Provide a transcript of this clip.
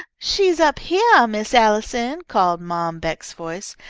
she's up heah, miss allison, called mom beck's voice.